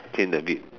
change the beat